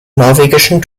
norwegischen